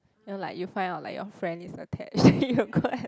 you know like you find out that your friend is attached then you go and